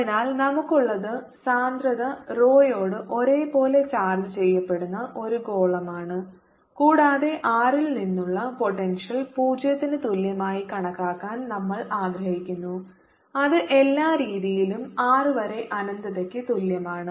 അതിനാൽ നമുക്കുള്ളത് സാന്ദ്രത റോയോട് ഒരേപോലെ ചാർജ്ജ് ചെയ്യപ്പെടുന്ന ഒരു ഗോളമാണ് കൂടാതെ r ൽ നിന്നുള്ള പോട്ടെൻഷ്യൽ 0 ന് തുല്യമായി കണക്കാക്കാൻ നമ്മൾ ആഗ്രഹിക്കുന്നു അത് എല്ലാ രീതിയിലും r വരെ അനന്തതയ്ക്ക് തുല്യമാണ്